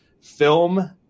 film